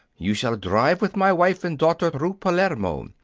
you shall drive with my wife and daughter through palermo.